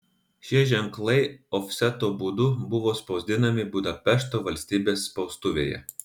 šie ženklai ofseto būdu buvo spausdinami budapešto valstybės spaustuvėje